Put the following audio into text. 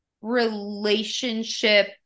relationship